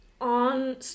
On